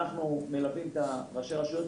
אנחנו מלווים את ראשי הרשויות.